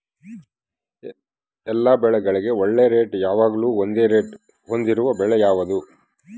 ಎಲ್ಲ ಬೆಳೆಗಳಿಗೆ ಒಳ್ಳೆ ರೇಟ್ ಯಾವಾಗ್ಲೂ ಒಂದೇ ರೇಟ್ ಹೊಂದಿರುವ ಬೆಳೆ ಯಾವುದು?